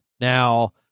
Now